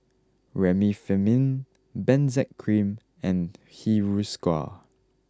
Remifemin Benzac cream and Hiruscar